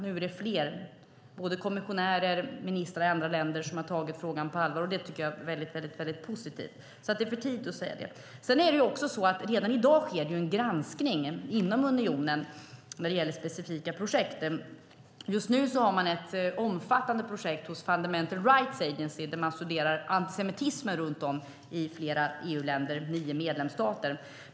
Nu är det fler, både kommissionärer och ministrar i andra länder, som har tagit frågan på allvar. Det tycker jag är väldigt positivt. Men det är för tidigt att säga hur det kommer att bli. Redan i dag sker det en granskning inom unionen när det gäller specifika projekt. Just nu har man ett omfattande projekt hos Fundamental Rights Agency, där man studerar antisemitismen i flera EU-länder, nio medlemsstater.